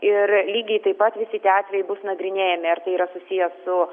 ir lygiai taip pat visi tie atvejai bus nagrinėjami ar tai yra susiję su